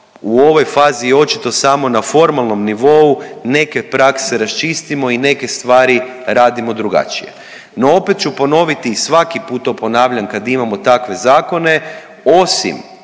u ovoj fazi očito samo na formalnom nivou neke prakse raščistimo i neke stvari radimo drugačije. No opet ću ponoviti i svaki put to ponavljam kad imamo takve zakone, osim